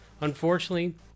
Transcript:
Unfortunately